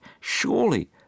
surely